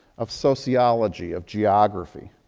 of sociology, of geography.